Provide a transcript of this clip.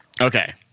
Okay